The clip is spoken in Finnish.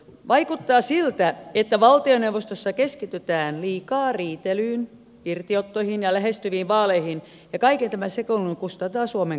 vaikuttaa siltä että valtioneuvostossa keskitytään liikaa riitelyyn irtiottoihin ja lähestyviin vaaleihin ja kaiken tämän sekoilun kustantaa suomen kansa